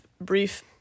brief